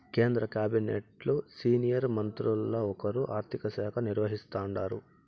కేంద్ర కాబినెట్లు సీనియర్ మంత్రుల్ల ఒకరు ఆర్థిక శాఖ నిర్వహిస్తాండారు